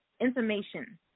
information